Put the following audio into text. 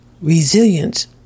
Resilience